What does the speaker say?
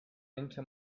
into